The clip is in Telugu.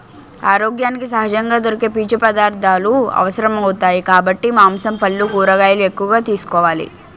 ఆరోగ్యానికి సహజంగా దొరికే పీచు పదార్థాలు అవసరమౌతాయి కాబట్టి మాంసం, పల్లు, కూరగాయలు ఎక్కువగా తీసుకోవాలి